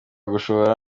gushora